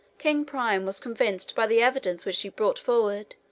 king priam was convinced by the evidence which she brought forward,